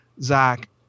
Zach